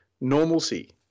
normalcy